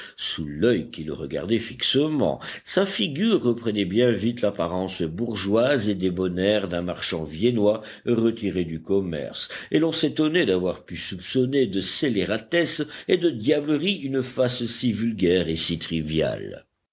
sous l'œil qui le regardait fixement sa figure reprenait bien vite l'apparence bourgeoise et débonnaire d'un marchand viennois retiré du commerce et l'on s'étonnait d'avoir pu soupçonner de scélératesse et de diablerie une face si vulgaire et si